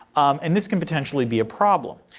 and this can potentially be a problem.